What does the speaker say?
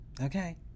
Okay